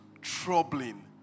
troubling